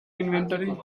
inventory